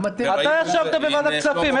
גם אתם --- אתה ישבת בוועדת הכספים.